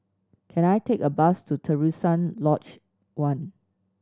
can I take a bus to Terusan Lodge One